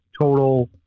total